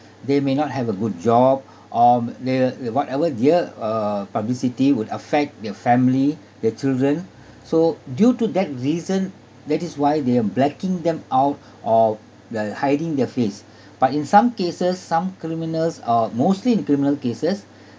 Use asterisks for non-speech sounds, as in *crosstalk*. they may not have a good job *breath* or the whatever year uh publicity would affect their family their children so due to that reason that is why they're blacking them out *breath* of the hiding their face *breath* but in some cases some criminals uh mostly in criminal cases *breath*